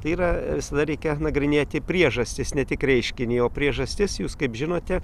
tai yra visada reikia nagrinėti priežastis ne tik reiškinį o priežastis jūs kaip žinote